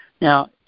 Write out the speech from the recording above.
Now